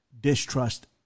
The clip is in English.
distrust